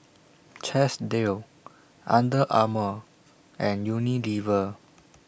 Chesdale Under Armour and Unilever